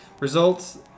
Results